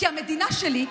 כי המדינה שלי,